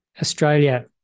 Australia